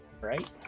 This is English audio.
Right